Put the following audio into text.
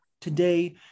today